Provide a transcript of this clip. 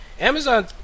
Amazon